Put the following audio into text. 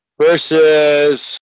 versus